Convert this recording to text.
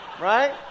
Right